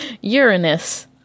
Uranus